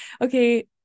Okay